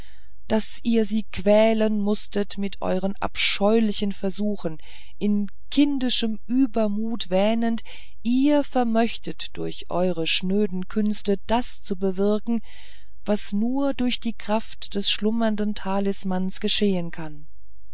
daß ihr sie quälen mußtet mit euren abscheulichen versuchen in kindischem übermut wähnend ihr vermöchtet durch eure schnöden künste das zu bewirken was nur durch die kraft des schlummernden talismans geschehen kann